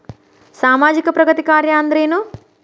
ಸಾಮಾಜಿಕ ಪ್ರಗತಿ ಕಾರ್ಯಾ ಅಂದ್ರೇನು?